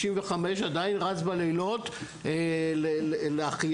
65 אתה עדיין צריך לרוץ באמצע הלילה להחייאות.